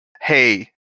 hey